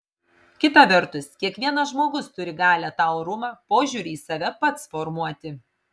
kita vertus kiekvienas žmogus turi galią tą orumą požiūrį į save pats formuoti